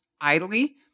idly